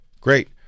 Great